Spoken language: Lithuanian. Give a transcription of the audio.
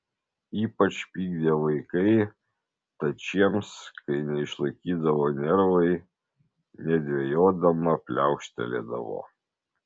ypač pykdė vaikai tad šiems kai neišlaikydavo nervai nedvejodama pliaukštelėdavo